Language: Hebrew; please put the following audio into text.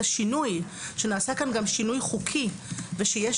את השינוי החוקי שנעשה,